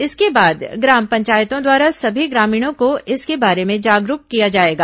इसके बाद ग्राम पंचायतों द्वारा सभी ग्रामीणों को इसके बारे में जागरूक किया जाएगा